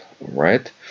right